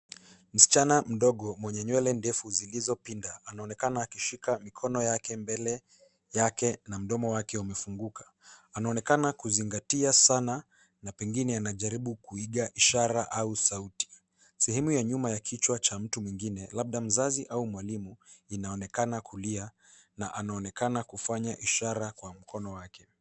Msichana mdogo mwenye nywele ndefu zilizopinda anaonekana akishika mikono yake mbele yake na mdomo wake umefunguka. Anaonekana kuzingatia sana na pengine anajaribu kuiga ishara au sauti. Sehemu ya nyuma ya kichwa cha mtu mwingine labda mzazi au mwalimu inaonekana kulia na anaonekana kufanya ishara kwa mkono wake.